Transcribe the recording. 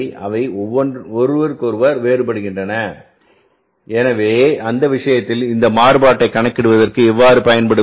அவை ஒருவருக்கொருவர் வேறுபடுகின்றன எனவே அந்த விஷயத்தில் இந்த மாறுபாட்டைக் கணக்கிடுவதற்கு எவ்வாறு பயன்படுத்துவது